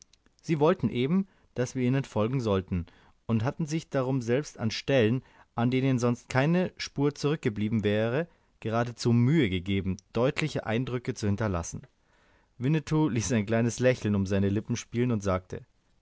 sie wollten eben daß wir ihnen folgen sollten und hatten sich darum selbst an stellen an denen sonst keine spur zurückgeblieben wäre geradezu mühe gegeben deutliche eindrücke zu hinterlassen winnetou ließ ein kleines lächeln um seine lippen spielen und sagte